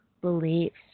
beliefs